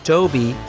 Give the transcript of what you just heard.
Toby